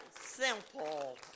simple